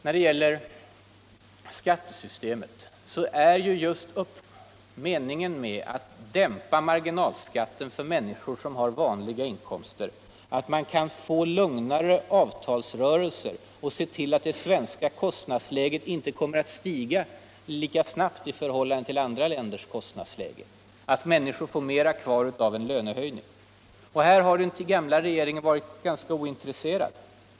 När det gäller skattesystemet är meningen med att dämpa marginalskatterna för människor med vanliga inkomster just att man kan få lugnare avtalsrörelser, att man kan se till att det svenska kostnadsläget inte kommer att stiga lika snabbt i förhållande till andra länders kostnadskige och att människor får mera kvar av en lönehöjning. Här har den gamia regeringen varit ganska ointresserad.